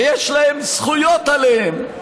ויש להם זכויות עליהן,